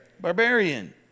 Barbarian